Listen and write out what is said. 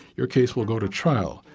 your case will go to trial,